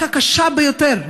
מכה קשה ביותר,